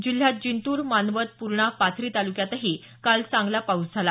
जिल्ह्यात जिंतूर मानवत पूर्णा पाथरी तालुक्यातही काल चांगला पाऊस झाला